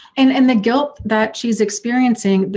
and and the guilt that she's experiencing, but